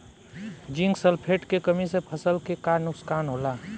Zinc sulphate के कमी से फसल के का नुकसान होला?